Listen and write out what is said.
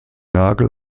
nagel